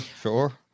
sure